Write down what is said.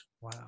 Wow